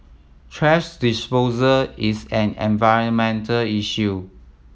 thrash disposal is an environmental issue